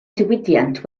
diwydiant